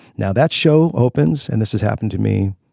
now that show opens and this has happened to me.